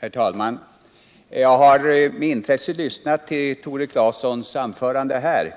Herr talman! Jag har med intresse lyssnat till Tore Claesons anförande här.